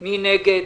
מי נגד?